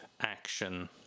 action